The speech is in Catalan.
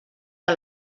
que